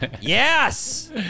Yes